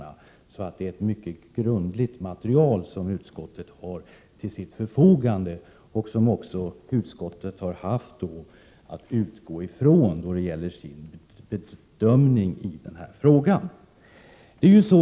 Utskottet har alltså ett mycket grundligt material till sitt förfogande som det har haft att utgå ifrån vid sin bedömning i denna fråga.